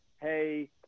hey